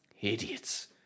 Idiots